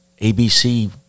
abc